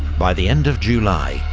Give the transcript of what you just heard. by the end of july,